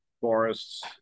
forests